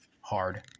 hard